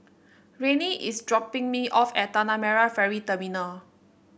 Renae is dropping me off at Tanah Merah Ferry Terminal